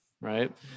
right